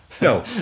No